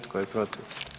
Tko je protiv?